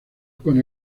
con